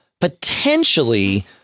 Potentially